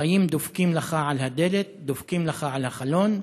החיים דופקים לך על הדלת, דופקים לך על החלון,